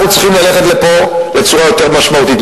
אנחנו צריכים ללכת פה בצורה יותר משמעותית.